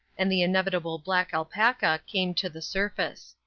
and the inevitable black alpaca came to the surface.